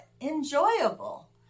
enjoyable